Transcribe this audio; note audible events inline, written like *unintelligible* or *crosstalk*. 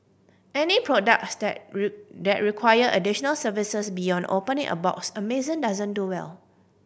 any products that *unintelligible* that require additional services beyond opening a box Amazon doesn't do well